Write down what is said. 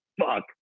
fuck